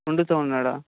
కుంటుతూ ఉన్నాడా